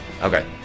Okay